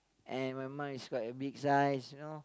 and my mom is quite a big size you know